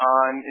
on